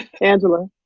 Angela